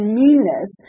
meanness